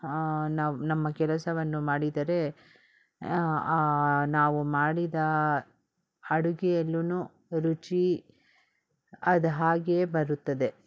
ನಾವು ನಮ್ಮ ಕೆಲಸವನ್ನು ಮಾಡಿದರೆ ನಾವು ಮಾಡಿದ ಅಡುಗೆಯಲ್ಲೂ ರುಚಿ ಅದು ಹಾಗೇ ಬರುತ್ತದೆ